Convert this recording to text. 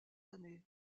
années